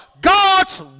God's